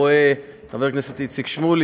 רואה את חבר הכנסת איציק שמולי,